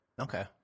Okay